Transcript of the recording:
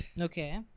Okay